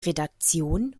redaktion